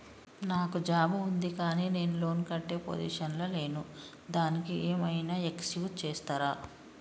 నాకు జాబ్ ఉంది కానీ నేను లోన్ కట్టే పొజిషన్ లా లేను దానికి ఏం ఐనా ఎక్స్క్యూజ్ చేస్తరా?